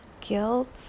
guilt